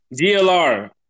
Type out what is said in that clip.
DLR